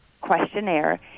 questionnaire